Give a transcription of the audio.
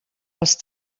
els